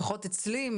לפחות אצלי,